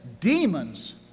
demons